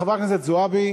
חברת הכנסת זועבי,